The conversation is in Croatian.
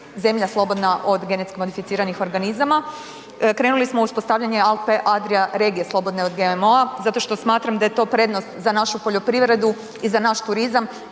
zemlja slobodna od GMO-a, krenuli smo u uspostavljanje Alfa-Adria regije slobodne od GMO-a zato što smatram da je to prednost za našu poljoprivredu i za naš turizam